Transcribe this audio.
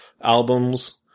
albums